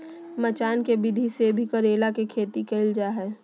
मचान के विधि से भी करेला के खेती कैल जा हय